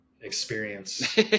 experience